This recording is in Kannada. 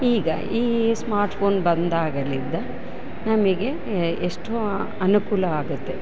ಈಗ ಈ ಸ್ಮಾರ್ಟ್ಫೋನ್ ಬಂದಾಗಲಿಂದ ನಮಗೆ ಎಷ್ಟೋ ಅನುಕೂಲ ಆಗತ್ತೆ